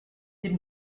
dem